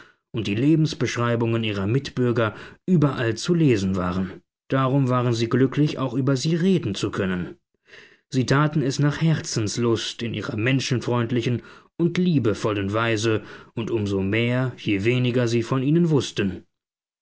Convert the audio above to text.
und die lebensbeschreibungen ihrer mitbürger überall zu lesen waren darum waren sie glücklich auch über sie reden zu können sie taten es nach herzenslust in ihrer menschenfreundlichen und liebevollen weise und um so mehr je weniger sie von ihnen wußten